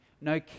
No